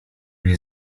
nie